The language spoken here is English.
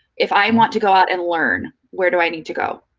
if i um want to go out and learn, where do i need to go?